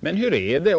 Men hur förhåller det sig?